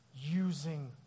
using